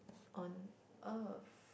on earth